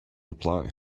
reply